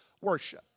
worship